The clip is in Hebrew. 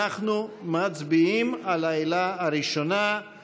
אנחנו מצביעים על העילה הראשונה,